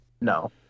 no